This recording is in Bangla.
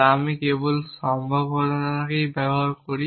তা আমি কেবল সম্ভাব্যতাকে ব্যবহার করি